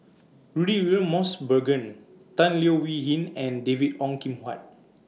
Rudy William Mosbergen Tan Leo Wee Hin and David Ong Kim Huat